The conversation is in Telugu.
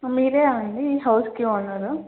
మీరేనా అండి హౌస్కి ఓనరు